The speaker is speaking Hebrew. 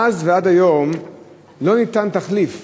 מאז ועד היום לא ניתן תחליף